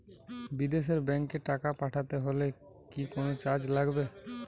বিদেশের ব্যাংক এ টাকা পাঠাতে হলে কি কোনো চার্জ লাগবে?